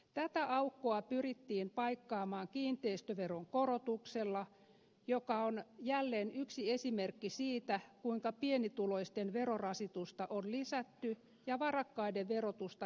tätä aukkoa pyrittiin paikkaamaan kiinteistöveron korotuksella mikä on jälleen yksi esimerkki siitä kuinka pienituloisten verorasitusta on lisätty ja varakkaiden verotusta helpotettu